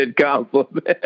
compliment